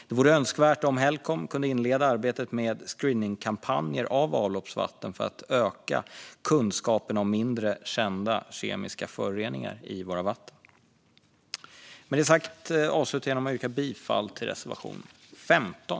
Det vore önskvärt om Helcom kunde inleda arbetet med screeningkampanjer när det gäller avloppsvatten för att öka kunskapen om mindre kända kemiska föroreningar i våra vatten. Jag avslutar genom att yrka bifall till reservation 15.